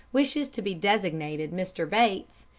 wishes to be designated mr. bates,